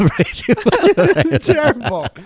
Terrible